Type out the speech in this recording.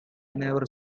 never